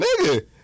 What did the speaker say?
nigga